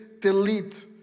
delete